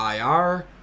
IR